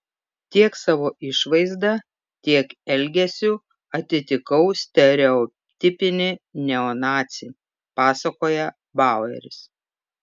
tiek savo išvaizda tiek elgesiu atitikau stereotipinį neonacį pasakoja baueris